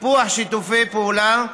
טיפוח שיתופי פעולה,